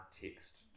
text